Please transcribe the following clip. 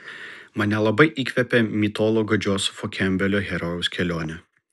mane labai įkvepia mitologo džozefo kempbelo herojaus kelionė